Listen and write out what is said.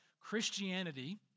Christianity